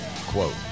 Quote